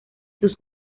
sus